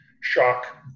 shock